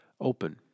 open